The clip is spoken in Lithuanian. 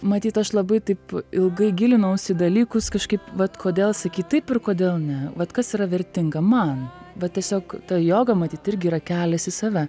matyt aš labai taip ilgai gilinausi dalykus kažkaip vat kodėl sakyt taip ir kodėl ne vat kas yra vertinga man va tiesiog ta joga matyt irgi yra kelias į save